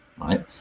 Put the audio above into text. right